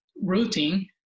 routing